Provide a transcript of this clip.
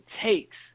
takes